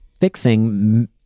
fixing